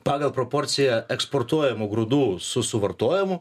pagal proporciją eksportuojamų grūdų su suvartojamų